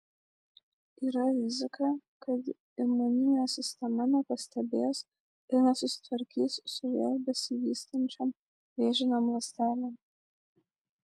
yra rizika kad imuninė sistema nepastebės ir nesusitvarkys su vėl besivystančiom vėžinėm ląstelėm